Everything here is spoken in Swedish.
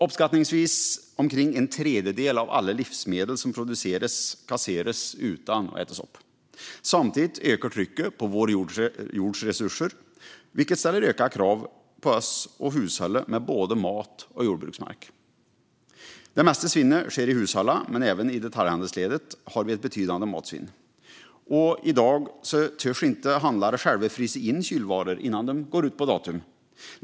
Uppskattningsvis omkring en tredjedel av alla livsmedel som produceras kasseras utan att ätas upp. Samtidigt ökar trycket på vår jords resurser, vilket ställer ökade krav på oss att hushålla med både mat och jordbruksmark. Det mesta svinnet sker i hushållen, men även i detaljhandelsledet har vi ett betydande matsvinn. I dag törs inte handlare själva frysa in kylvaror innan datumet går ut.